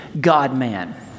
God-man